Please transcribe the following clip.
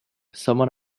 someone